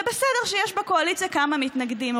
זה בסדר שיש בקואליציה כמה מתנגדים.